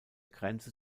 grenze